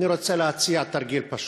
אני רוצה להציע תרגיל פשוט: